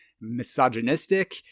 misogynistic